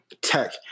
tech